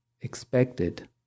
Expected